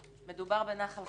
מדובר בנחל חלץ